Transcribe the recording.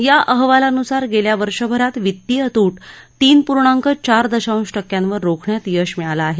या अहवालान्सार गेल्यावर्षभरात वित्तीय तूट तीन पूर्णांक चार दशांश टक्क्यांवर रोखण्यात यश मिळालं आहे